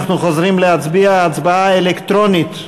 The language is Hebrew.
אנחנו חוזרים להצביע הצבעה אלקטרונית.